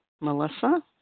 Melissa